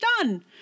done